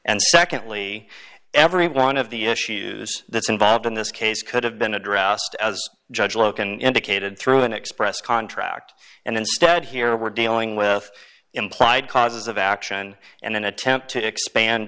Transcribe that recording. and secondly every one of the issues that's involved in this case could have been addressed as judge logan indicated through an express contract and instead here we're dealing with implied causes of action and an attempt to expand